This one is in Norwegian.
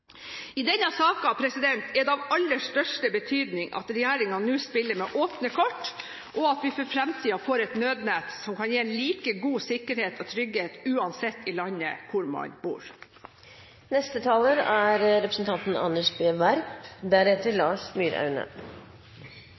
I denne saken er det av aller største betydning at regjeringen nå spiller med åpne kort, og at vi for fremtiden får et nødnett som kan gi like god sikkerhet og trygghet uansett hvor i landet man bor.